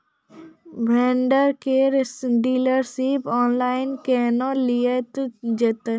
Vendor केर dealership online केहनो लियल जेतै?